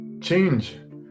Change